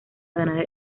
ganar